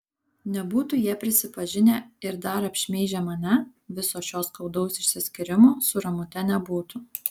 nebūtų jie prisipažinę ir dar apšmeižę mane viso šio skaudaus išsiskyrimo su ramute nebūtų